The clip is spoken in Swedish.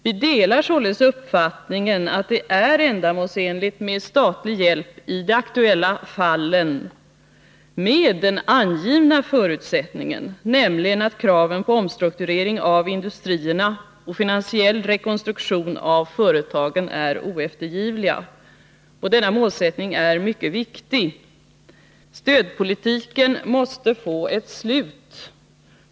Vi delar således uppfattningen att det är ändamålsenligt med statlig hjälp i de aktuella fallen med den angivna förutsättningen, nämligen att kraven på omstrukturering av industrierna och finansiell rekonstruktion av företagen är oeftergivliga. Denna målsättning är mycket viktig. Stödpolitiken måste få ett slut.